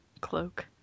cloak